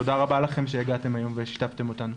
תודה רבה לכם שהגעתם היום ושיתפתם אותנו.